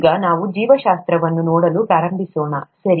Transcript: ಈಗ ನಾವು ಜೀವಶಾಸ್ತ್ರ ವನ್ನು ನೋಡಲು ಪ್ರಾರಂಭಿಸೋಣ ಸರಿ